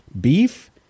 beef